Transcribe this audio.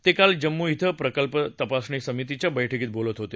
ते काल जम्मू इथं प्रकल्प तपासणी समितीच्या बैठकीत बोलत होते